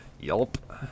Yelp